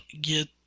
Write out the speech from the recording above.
get